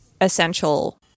essential